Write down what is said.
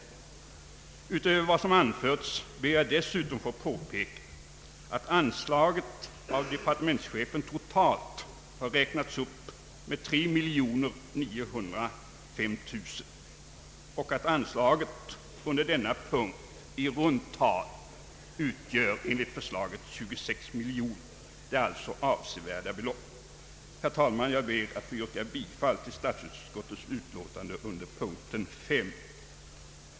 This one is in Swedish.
Utöver vad som anförts ber jag att få påpeka att anslaget av departementschefen = föreslagits uppräknat med 3 905 000 kronor och att anslaget under denna punkt enligt förslaget utgör i runt tal 26 miljoner kronor. Det är alltså här fråga om avsevärda belopp. Herr talman! Jag ber att få yrka bifall till statsutskottets hemställan under punkten 5.